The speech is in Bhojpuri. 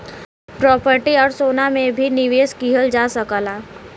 प्रॉपर्टी आउर सोना में भी निवेश किहल जा सकला